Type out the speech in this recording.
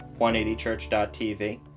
180church.tv